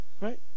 right